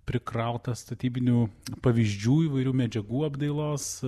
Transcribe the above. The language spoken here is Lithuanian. prikrautą statybinių pavyzdžių įvairių medžiagų apdailos